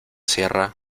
cierra